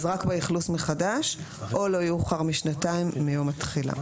רק באכלוס מחדש או לא יאוחר משנתיים מיום התחילה.